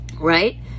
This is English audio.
right